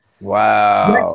Wow